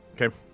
Okay